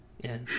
Yes